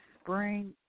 spring